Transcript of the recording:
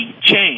change